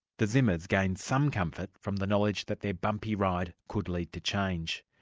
the zimmers gained some comfort from the knowledge that their bumpy ride could lead to change.